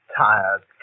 tired